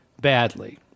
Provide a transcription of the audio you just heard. badly